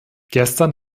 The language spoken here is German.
gestern